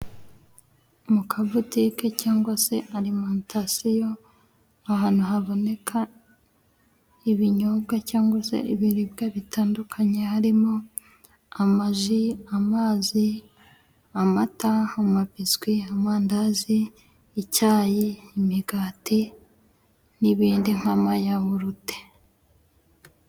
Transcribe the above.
Mu kabutike cyangwa se alimantasiyo, ahantu haboneka ibinyobwa cyangwa se ibiribwa bitandukanye, harimo amaji, amazi, amata, amabiswi amandazi, icyayi, imigati n'ibindi nk'amayawurute.